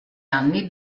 anni